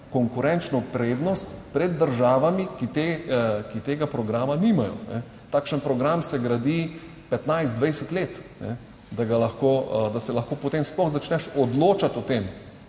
konkurenčno prednost pred državami, ki tega programa nimajo, takšen program se gradi 15, 20 let, da ga lahko, da se lahko potem sploh začneš odločati o tem,